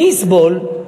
מי יסבול?